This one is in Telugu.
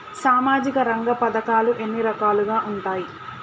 సామాజిక రంగ పథకాలు ఎన్ని రకాలుగా ఉంటాయి?